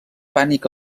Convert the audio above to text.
pànic